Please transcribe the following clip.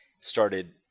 started